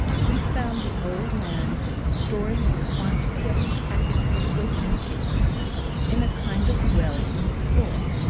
we found the old man storing a quantity of packets of waste-paper in a kind of well in the floor.